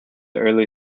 early